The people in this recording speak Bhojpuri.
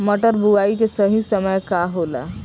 मटर बुआई के सही समय का होला?